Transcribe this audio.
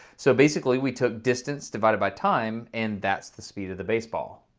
so basically we took distance divided by time, and that's the speed of the baseball.